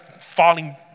falling